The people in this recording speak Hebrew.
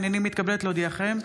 הינני מתכבד להודיעכם,